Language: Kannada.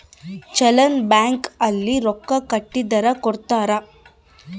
ಚಲನ್ ಬ್ಯಾಂಕ್ ಅಲ್ಲಿ ರೊಕ್ಕ ಕಟ್ಟಿದರ ಕೋಡ್ತಾರ